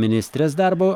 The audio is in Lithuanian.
ministrės darbo